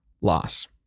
loss